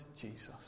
Jesus